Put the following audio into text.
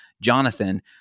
Jonathan